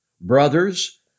Brothers